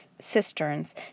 cisterns